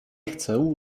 chcę